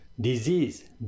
disease